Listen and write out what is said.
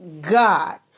God